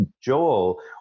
joel